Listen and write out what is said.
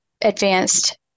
advanced